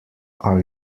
are